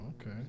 okay